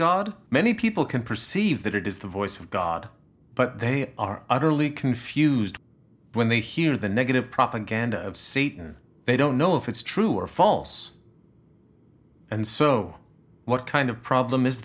god many people can perceive that it is the voice of god but they are utterly confused when they hear the negative propaganda of satan they don't know if it's true or false and so what kind of problem is